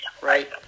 Right